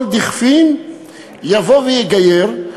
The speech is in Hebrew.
כל דכפין יבוא ויגייר,